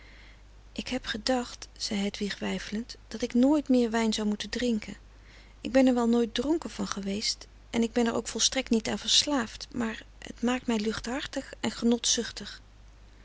ik heb gedacht zei hedwig weifelend dat ik nooit meer wijn zou moeten drinken ik ben er wel nooit dronken van geweest en ik ben er ook volstrekt niet aan verslaafd maar het maakt mij luchthartig en